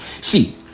See